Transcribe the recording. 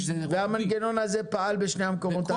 והמנגנון הזה פעל בשני המקומות האחרים.